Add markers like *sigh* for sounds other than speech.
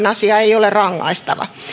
*unintelligible* asia silloin ole rangaistava